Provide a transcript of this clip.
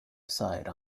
side